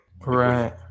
Right